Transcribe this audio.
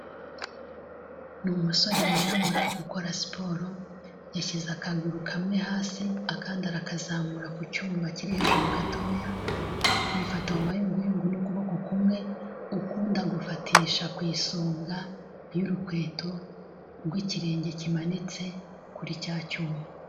Ni umusore wirabura ukora siporo yashyize akaguru kamwe hasi akanda arakazamura ku cyuma kiri hejuru gatoya yifata mu mayunguyungu n'ukuboko kumwe ukundi agufatisha ku isonga y'rukweto rw'ikirenge kimanitse kuri cya cyuma.